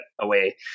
away